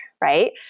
right